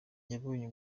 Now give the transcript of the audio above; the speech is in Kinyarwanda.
yabonye